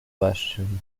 question